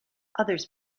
others